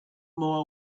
more